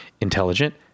intelligent